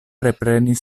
reprenis